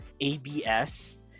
ABS